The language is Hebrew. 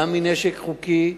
גם מנשק חוקי,